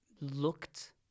looked